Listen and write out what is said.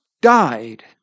died